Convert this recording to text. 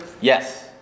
Yes